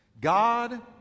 God